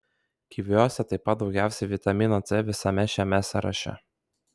kiviuose taip pat daugiausiai vitamino c visame šiame sąraše